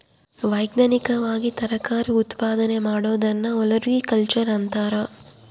ವೈಜ್ಞಾನಿಕವಾಗಿ ತರಕಾರಿ ಉತ್ಪಾದನೆ ಮಾಡೋದನ್ನ ಒಲೆರಿಕಲ್ಚರ್ ಅಂತಾರ